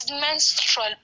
menstrual